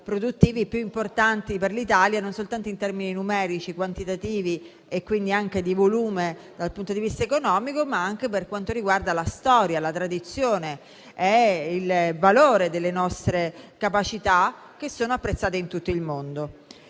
produttivo tra i più importanti per l'Italia, non soltanto in termini numerici, quantitativi e di volume dal punto di vista economico, ma anche per quanto riguarda la storia, la tradizione e il valore delle nostre capacità, apprezzate in tutto il mondo.